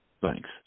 Thanks